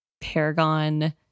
Paragon